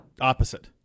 opposite